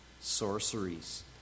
sorceries